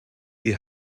die